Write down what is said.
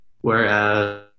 Whereas